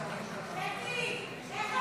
51